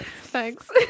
Thanks